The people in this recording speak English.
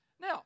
Now